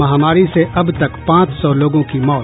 महामारी से अब तक पांच सौ लोगों की मौत